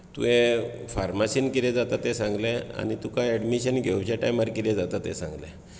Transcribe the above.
हे फार्मासीन कितें जाता तें सांगलें आनी तुका एडमिशन घेवचे टायमार कितें जाता तें सांगलें